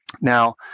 now